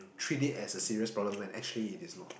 treat it as a serious problem when actually it is not